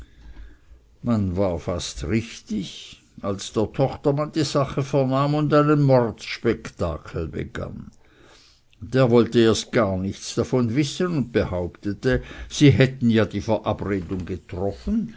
man war fast richtig als der tochtermann die sache vernahm und einen mordsspektakel begann der wolle erst gar nichts davon wissen und behauptete sie hätten ja die verabredung getroffen